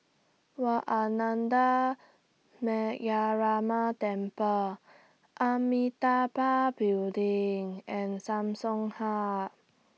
Wat Ananda Metyarama Temple Amitabha Building and Samsung Hub